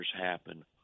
happen